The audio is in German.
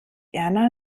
erna